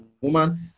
woman